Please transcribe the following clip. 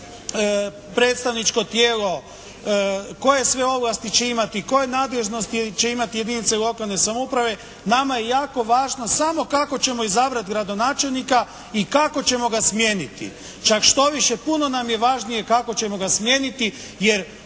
predstavničko tijelo, koje sve ovlasti će imati, koje nadležnosti će imati jedinice lokalne samouprave. Nama je jako važno samo kako ćemo izabrati gradonačelnika i kako ćemo ga smijeniti. Čak štoviše, puno nam je važnije kako ćemo ga smijeniti jer